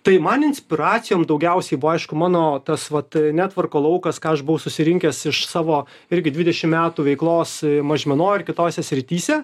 tai man inspiracijom daugiausiai buvo aišku mano tas vat netvorko laukas ką aš buvau susirinkęs iš savo irgi dvidešimt metų veiklos mažmenoj ir kitose srityse